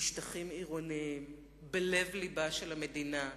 בשטחים עירוניים, בלב לבה של המדינה.